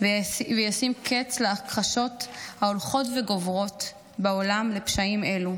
וישים קץ להכחשות ההולכות וגוברות בעולם לפשעים אלו,